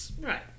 Right